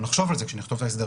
נחשוב על זה כשנכתוב את ההסדר.